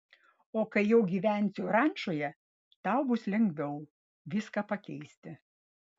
o kai jau gyvensiu rančoje tau bus lengviau viską pakeisti